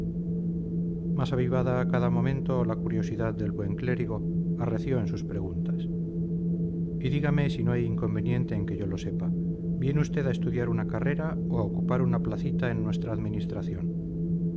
más avivada a cada momento la curiosidad del buen clérigo arreció en sus preguntas y dígame si no hay inconveniente en que yo lo sepa viene usted a estudiar una carrera o a ocupar una placita en nuestra administración